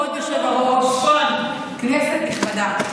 חבר הכנסת קריב.